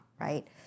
right